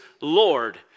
Lord